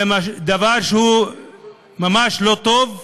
זה דבר שהוא ממש לא טוב,